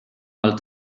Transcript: alt